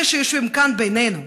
אלה שיושבים כאן בינינו,